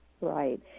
Right